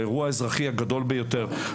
האירוע האזרחי הגדול ביותר.